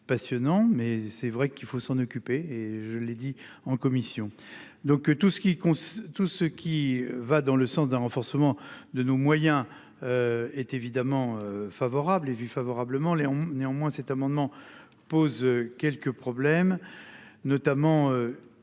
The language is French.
Passionnant mais c'est vrai qu'il faut s'en occuper et je l'ai dit en commission. Donc tout ce qui concerne tout ce qui va dans le sens d'un renforcement de nos moyens. Est évidemment favorable est vu favorablement Léon néanmoins cet amendement pose quelques problèmes notamment.